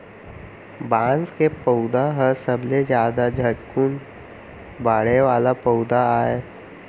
बांस के पउधा ह सबले जादा झटकुन बाड़हे वाला पउधा आय